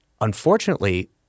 unfortunately